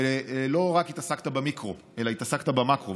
ולא התעסקת רק במיקרו אלא התעסקת במקרו.